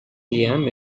liam